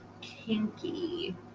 kinky